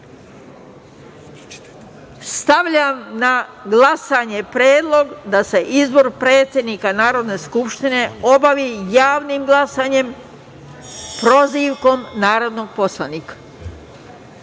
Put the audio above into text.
na glasanje predlog da se izbor predsednika Narodne skupštine obavi javnim glasanjem – prozivkom narodnih